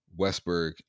Westberg